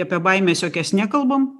apie baimes jokias nekalbam